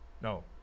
No